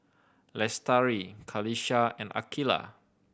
Lestari Qalisha and Aqilah